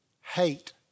hate